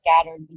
scattered